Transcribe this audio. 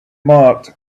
marked